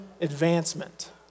advancement